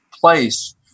place